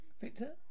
Victor